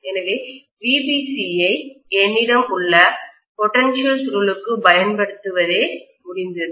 எனவே VBC ஐ என்னிடம் உள்ள பொட்டன்ஷியல் சுருளுக்குப் பயன்படுத்துவதே முடிந்தது